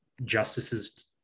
justices